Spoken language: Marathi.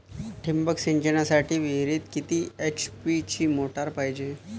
ठिबक सिंचनासाठी विहिरीत किती एच.पी ची मोटार पायजे?